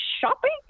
shopping